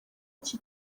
iki